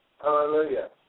Hallelujah